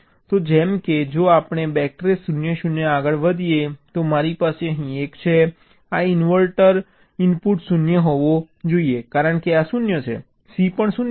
તો જેમ કે જો આપણે બેક ટ્રેસ 0 0 આગળ વધીએ તો મારી પાસે અહીં 1 છે આ ઇન્વર્ટર ઇનપુટ 0 હોવો જોઈએ કારણ કે આ 0 છે C પણ 0 હશે